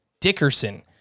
Dickerson